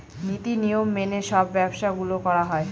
নীতি নিয়ম মেনে সব ব্যবসা গুলো করা হয়